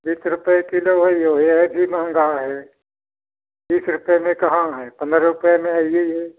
बीस रुपये किलो होई यो यह भी महंगा है बीस रुपये में कहाँ है पंद्रह रुपये में हययाई है